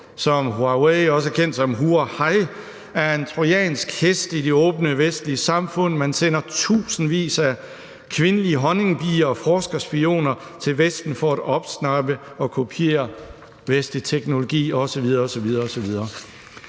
som Huawei, også kendt som hu og hej, er en trojansk hest i de åbne vestlige samfund. Man sender tusindvis af kvindelige honningbier og forskerspioner til Vesten for opsnappe og kopiere vestlig teknologi osv.